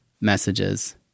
messages